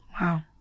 wow